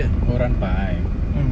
oh run pipe